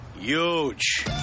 huge